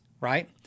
right